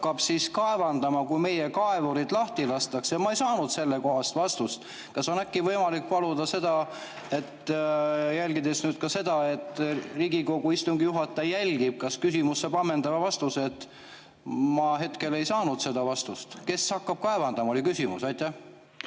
hakkab kaevandama, kui meie kaevurid lahti lastakse. Ma ei saanud sellekohast vastust. Kas on äkki võimalik paluda, et Riigikogu istungi juhataja jälgib, kas küsimus saab ammendava vastuse? Ma hetkel ei saanud seda vastust. Kes hakkab kaevandama, oli küsimus. Aitäh!